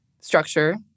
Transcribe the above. structure